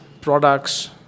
products